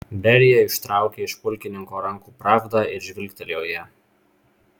berija ištraukė iš pulkininko rankų pravdą ir žvilgtelėjo į ją